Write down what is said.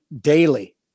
daily